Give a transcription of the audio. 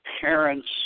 parents